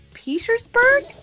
Petersburg